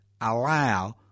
allow